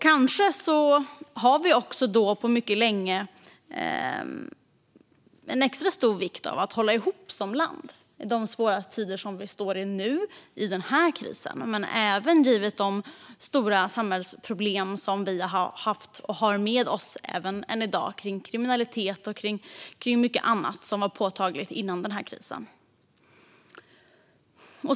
Kanske är det nu extra viktigt för oss att hålla ihop som land, i de svåra tider som råder i och med denna kris men även givet de stora samhällsproblem som vi har haft - och har med oss även i dag - när det gäller kriminalitet och mycket annat som var påtagligt före denna kris.